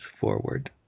forward